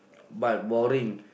but boring